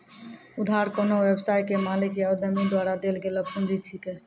उधार कोन्हो व्यवसाय के मालिक या उद्यमी द्वारा देल गेलो पुंजी छिकै